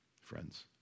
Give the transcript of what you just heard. friends